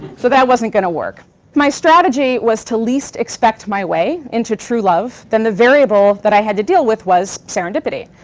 so that wasn't going to work. if my strategy was to least-expect my way into true love, then the variable that i had to deal with was serendipity.